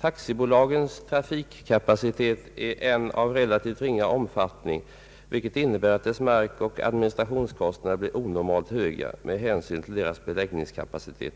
»Taxibolagens trafikkapacitet är än av relativt ringa omfattning, vilket innebär att dess markoch administrationskostnader blir onormalt höga med hänsyn till deras beläggningskapacitet.